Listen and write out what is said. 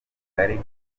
kagali